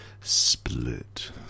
split